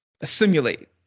assimilate